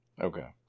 Okay